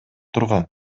турган